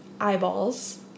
Eyeballs